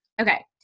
okay